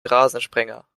rasensprenger